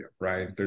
right